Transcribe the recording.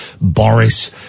Boris